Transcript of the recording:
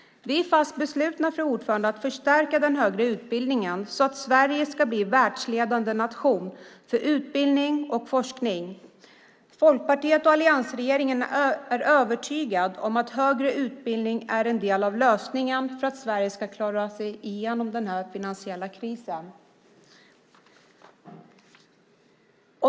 Vi är fast beslutna att förstärka den högre utbildningen så att Sverige blir världsledande nation för utbildning och forskning. Folkpartiet och alliansregeringen är övertygade om att högre utbildning är en del av lösningen för att Sverige ska klara sig igenom den finansiella krisen.